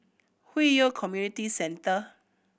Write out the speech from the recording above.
Hwi Yoh Community Centre